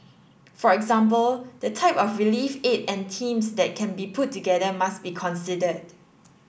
for example the type of relief aid and teams that can be put together must be considered